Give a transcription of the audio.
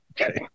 Okay